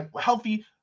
healthy